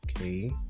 okay